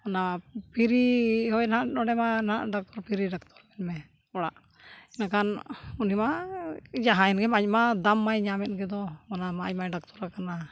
ᱚᱱᱟ ᱦᱚᱭ ᱱᱟᱦᱟᱜ ᱱᱚᱸᱰᱮ ᱢᱟ ᱱᱟᱦᱟᱜ ᱰᱟᱠᱛᱚᱨ ᱯᱷᱤᱨᱤ ᱰᱟᱠᱛᱚᱨ ᱵᱮᱱ ᱢᱮ ᱚᱲᱟᱜ ᱮᱱᱠᱷᱟᱱ ᱩᱱᱤ ᱢᱟ ᱡᱟᱦᱟᱸᱭᱮᱱ ᱜᱮ ᱟᱡᱢᱟ ᱫᱟᱢ ᱢᱟᱭ ᱧᱟᱢᱮᱫ ᱜᱮ ᱫᱚ ᱚᱱᱟ ᱟᱡ ᱢᱟ ᱰᱟᱠᱛᱚᱨ ᱠᱟᱱᱟ